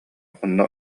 онно